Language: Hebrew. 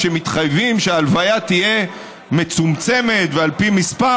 שמתחייבים שההלוויה תהיה מצומצמת ועל פי מספר?